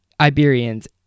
Iberians